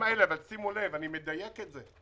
שימו לב, אני מדייק את זה.